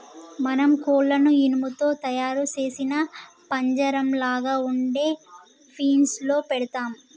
మనం కోళ్లను ఇనుము తో తయారు సేసిన పంజరంలాగ ఉండే ఫీన్స్ లో పెడతాము